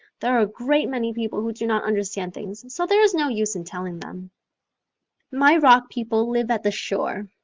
there are a great many people who do not understand things so there is no use in telling them my rock people live at the shore.